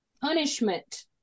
Punishment